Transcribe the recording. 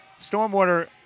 stormwater